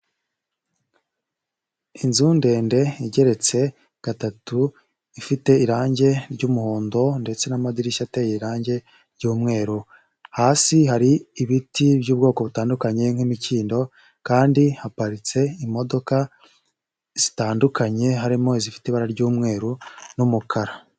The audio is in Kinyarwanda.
Inzu ndende igeretse gatatu, ifite irangi ry'umuhondo ndetse n'amadirishya ateye irangi ry'umweru, hasi hari ibiti by'ubwoko butandukanye nk'imikindo kandi haparitse imodoka zitandukanye, harimo izifite ibara ry'umweru n'umukara.